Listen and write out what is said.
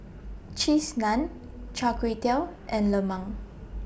Cheese Naan Char Kway Teow and Lemang